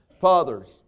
Fathers